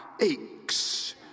aches